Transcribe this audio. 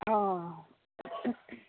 অঁ